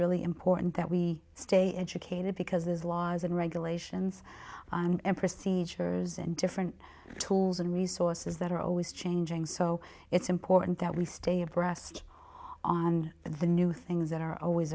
really important that we stay educated because there's laws and regulations and procedures and different tools and resources that are always changing so it's important that we stay abreast on the new things that are always